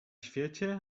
świecie